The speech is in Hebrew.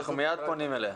אנחנו מייד פונים אליה.